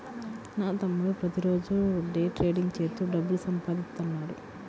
నా తమ్ముడు ప్రతిరోజూ డే ట్రేడింగ్ చేత్తూ డబ్బులు సంపాదిత్తన్నాడు